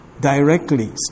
directly